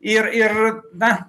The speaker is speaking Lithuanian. ir ir na